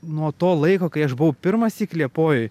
nuo to laiko kai aš buvau pirmąsyk liepojoj